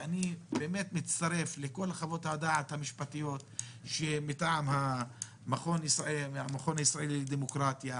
אני באמת מצטרף לכל חוות הדעת המשפטיות מטעם המכון הישראלי לדמוקרטיה,